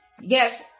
Yes